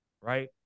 Right